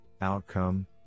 outcome